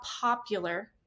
popular